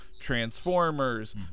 Transformers